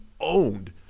owned